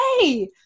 Hey